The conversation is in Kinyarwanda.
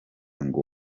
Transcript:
ngo